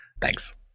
Thanks